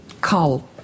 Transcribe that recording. call